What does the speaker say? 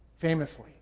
famously